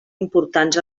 importants